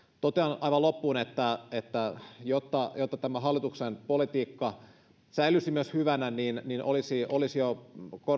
totean aivan loppuun että että jotta jotta tämä hallituksen politiikka myös säilyisi hyvänä niin niin olisi olisi jo